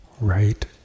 right